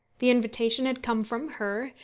the invitation had come from her,